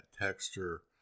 texture